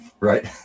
right